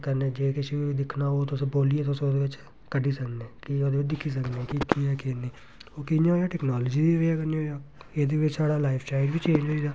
कन्नै जे किश बी दिक्खना ओ तुस बोलियै तुस ओह्दे बिच्च कड्ढी सकने कि ओह्दे बिच्च दिक्खी सकने कि केह् ऐ केह् नेईं ते ओह् कियां ऐ कि टैक्नोलाजी दी वजह् कन्नै होएआ एह्दे बिच्च साढ़ा लाइफ स्टाइल बी चेंज होई गेदा